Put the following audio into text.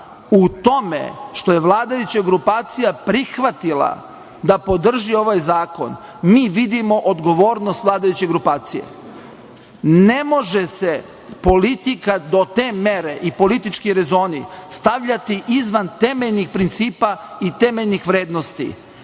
tome što je vladajuća grupacija prihvatila da podrži ovaj zakon, mi vidimo odgovornost vladajuće grupacije. Ne može se politika do te mere i politički rezoni stavljati izvan temeljnih principa i temeljnih vrednosti,